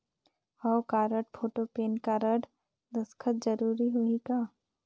हव card, photo, PAN card, दस्खत जरूरी होही का?